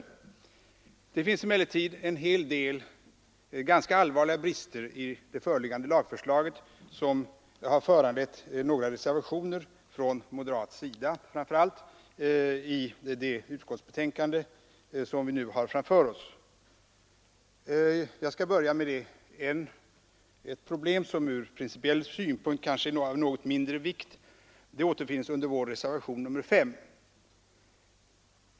I det föreliggande lagförslaget finns emellertid en hel del ganska allvarliga brister, som har föranlett några reservationer från framför allt moderat håll till det betänkande som vi nu behandlar. Jag skall börja med ett problem, som från principiell synpunkt kanske är av något mindre vikt. Det berörs i vår reservation 5.